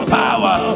power